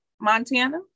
montana